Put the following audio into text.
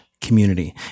community